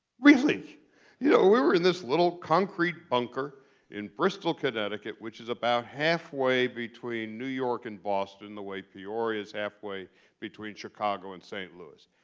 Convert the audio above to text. you know we were in this little concrete bunker in bristol, connecticut, which is about halfway between new york and boston the way peoria is halfway between chicago and st. louis.